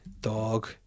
dog